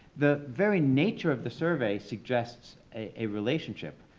the very nature of the survey suggests a relationship.